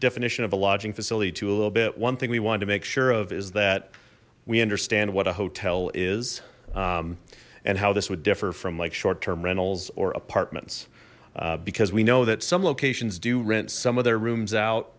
definition of a lodging facility to a little bit one thing we want to make sure of is that we understand what a hotel is and how this would differ from like short term rentals or apartments because we know that some locations do rent some of their rooms out